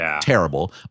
terrible